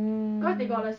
orh